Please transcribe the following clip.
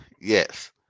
Yes